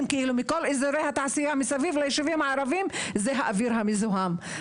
מכל אזורי התעשייה מסביב ליישובים הערביים זה האוויר המזוהם.